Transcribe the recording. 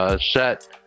set